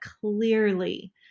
clearly